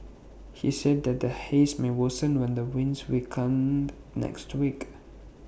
he said that the haze may worsen when the winds weaken next week